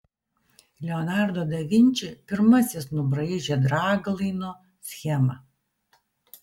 leonardo da vinči pirmasis nubraižė draglaino schemą